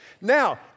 Now